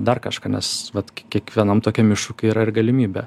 dar kažką nes vat kie kiekvienam tokiam iššūky yra ir galimybė